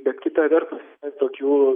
bet kita vertus tokių